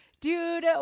dude